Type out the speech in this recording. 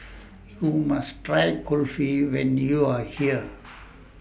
YOU must Try Kulfi when YOU Are here